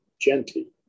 gently